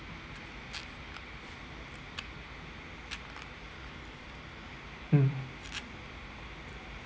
mm